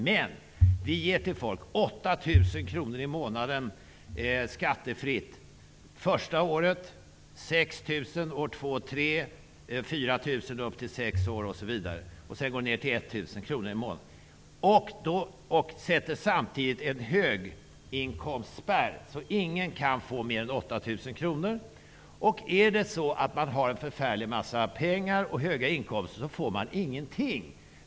Men vi ger folk 8 000 kr i månaden skattefritt det första året, 6 000 kr det andra och tredje året, 4 000 kr upp till det sjätte året och sedan ned till 1 000 kr. Vi sätter samtidigt en höginkomstspärr, så att ingen kan få mer än 8 000 kr. Den som har en förfärlig massa pengar och höga inkomster får ingenting.